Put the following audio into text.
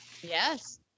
Yes